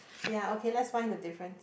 ya okay let's find the difference